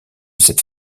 cette